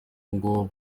ngo